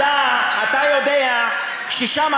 אתה יודע ששם,